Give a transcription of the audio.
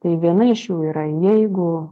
tai viena iš jų yra jeigu